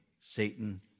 Satan